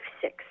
six